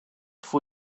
for